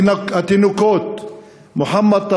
התינוקות מוחמד טלוזי,